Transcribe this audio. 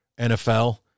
NFL